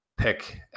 pick